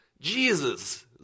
Jesus